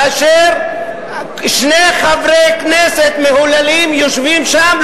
כאשר שני חברי כנסת מהוללים יושבים שם,